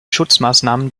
schutzmaßnahmen